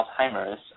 Alzheimer's